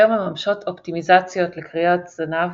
אשר מממשות אופטימיזציות לקריאות זנב